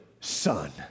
son